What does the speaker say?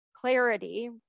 clarity